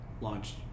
launched